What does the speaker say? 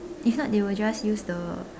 if not they'll just use the